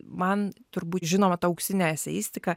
man turbūt žinoma ta auksine eseistika